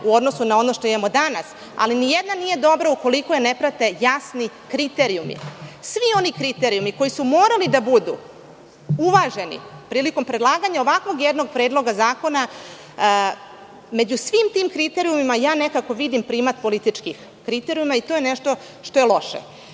u odnosu na ono što imamo danas, ali nijedna nije dobra ukoliko je ne prate jasni kriterijumi, svi oni kriterijumi koji su morali da budu uvaženi prilikom predlaganja ovakvog jednog predloga zakona. Među svim tim kriterijumima ja nekako vidim primat političkih kriterijuma i to je nešto što je